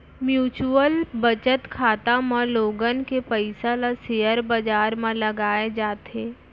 mutual बचत खाता म लोगन के पइसा ल सेयर बजार म लगाए जाथे